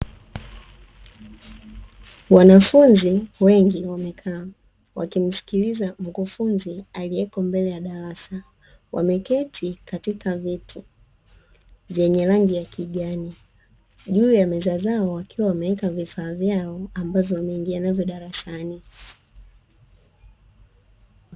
Wanafunzi wengi wamekaa, wakimsikiliza mkufunzi aliyoko mbele ya darasa. Wameketi katika viti vyenye rangi ya kijani, juu ya meza zao wakiwa wameweka vifaa vyao ambavyo wameingia navyo darasani.